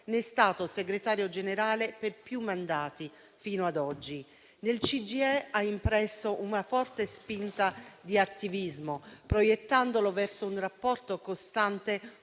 ne è stato segretario generale per più mandati, fino ad oggi. Nel CGIE ha impresso una forte spinta di attivismo, proiettandolo verso un rapporto costante